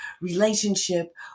relationship